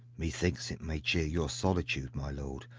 methinks it may cheer your solitude my lord,